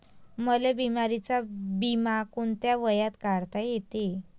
मले बिमारीचा बिमा कोंत्या वयात काढता येते?